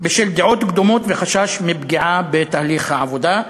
בשל דעות קדומות וחשש מפגיעה בתהליך העבודה.